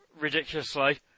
ridiculously